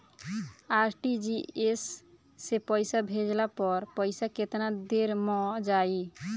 RTGS से पईसा भेजला पर पईसा केतना देर म जाई?